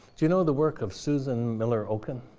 you know the work of susan moller okin?